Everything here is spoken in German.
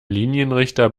linienrichter